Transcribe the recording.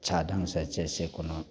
अच्छा ढङ्गसे जइसे कोनो